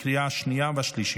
לקריאה השנייה והשלישית.